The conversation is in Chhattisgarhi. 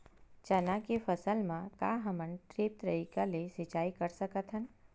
चना के फसल म का हमन ड्रिप तरीका ले सिचाई कर सकत हन?